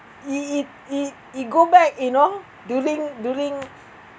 it it it it go back you know during during